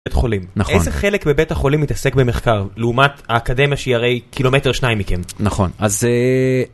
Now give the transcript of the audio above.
בית חולים, נכון. איזה חלק בבית החולים מתעסק במחקר לעומת האקדמיה שהיא הרי קילומטר שניים מכם? נכון אז..